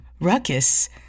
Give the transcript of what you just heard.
Ruckus